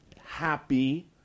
happy